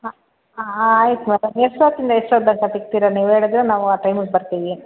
ಹಾಂ ಹಾಂ ಹಾಂ ಆಯಿತು ಎಷ್ಟೊತ್ತಿಂದ ಎಷ್ಟೊತ್ತು ತನಕ ಸಿಗ್ತೀರ ನೀವು ಹೇಳಿದ್ರೆ ನಾವು ಆ ಟೈಮಿಗೆ ಬರ್ತೀವಿ